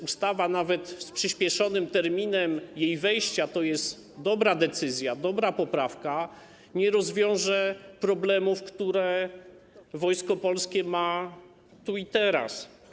Ustawa nawet z przyspieszonym terminem jej wejścia - to jest dobra decyzja, dobra poprawka - nie rozwiąże problemów, które Wojsko Polskie ma tu i teraz.